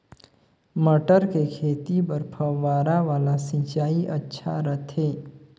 मटर के खेती बर फव्वारा वाला सिंचाई अच्छा रथे?